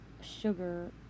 sugar